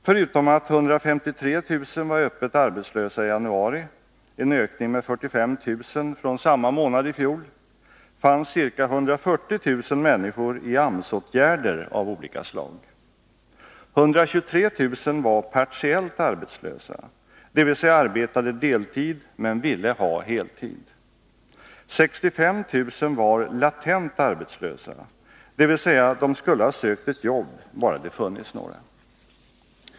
Förutom att 153 000 var öppet arbetslösa i januari — en ökning med 45 000 från samma månad i fjol — fanns ca 140 000 människor i AMS-åtgärder av olika slag. 123 000 var partiellt arbetslösa. dvs. arbetade deltid men ville ha heltid. 65 000 var latent arbetslösa, dvs. de skulle ha sökt ett jobb bara det funnits några.